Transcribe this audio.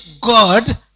God